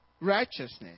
righteousness